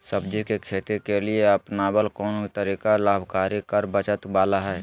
सब्जी के खेती के लिए अपनाबल कोन तरीका लाभकारी कर बचत बाला है?